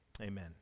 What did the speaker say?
Amen